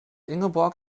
ingeborg